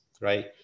right